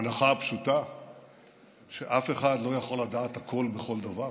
ההנחה הפשוטה שאף אחד לא יכול לדעת הכול בכל דבר,